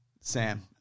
Sam